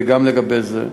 וגם לגבי זה,